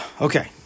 Okay